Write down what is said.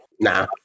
Nah